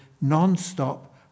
non-stop